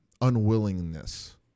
unwillingness